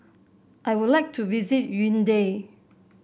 I would like to visit Yaounde